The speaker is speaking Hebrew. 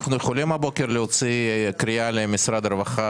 אנחנו יכולים הבוקר להוציא קריאה למשרד הרווחה